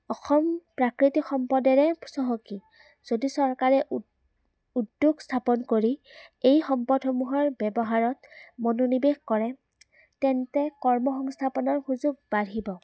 অসম প্ৰাকৃতিক সম্পদেৰে চহকী যদি চৰকাৰে উ উদ্যোগ স্থাপন কৰি এই সম্পদসমূহৰ ব্যৱহাৰত মনোনিৱেশ কৰে তেন্তে কৰ্ম সংস্থাপনৰ সুযোগ বাঢ়িব